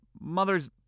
mother's